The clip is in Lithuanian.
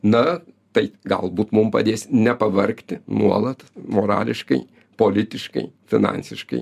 na tai galbūt mum padės nepavargti nuolat morališkai politiškai finansiškai